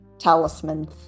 Talisman